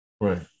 Right